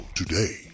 today